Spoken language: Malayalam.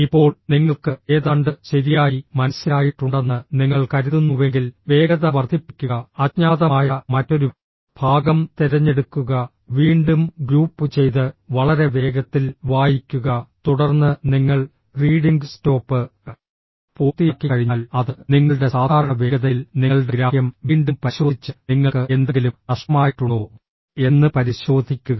ഇപ്പോൾ നിങ്ങൾക്ക് ഏതാണ്ട് ശരിയായി മനസ്സിലായിട്ടുണ്ടെന്ന് നിങ്ങൾ കരുതുന്നുവെങ്കിൽ വേഗത വർദ്ധിപ്പിക്കുക അജ്ഞാതമായ മറ്റൊരു ഭാഗം തിരഞ്ഞെടുക്കുക വീണ്ടും ഗ്രൂപ്പുചെയ്ത് വളരെ വേഗത്തിൽ വായിക്കുക തുടർന്ന് നിങ്ങൾ റീഡിംഗ് സ്റ്റോപ്പ് പൂർത്തിയാക്കിക്കഴിഞ്ഞാൽ അത് നിങ്ങളുടെ സാധാരണ വേഗതയിൽ നിങ്ങളുടെ ഗ്രാഹ്യം വീണ്ടും പരിശോധിച്ച് നിങ്ങൾക്ക് എന്തെങ്കിലും നഷ്ടമായിട്ടുണ്ടോ എന്ന് പരിശോധിക്കുക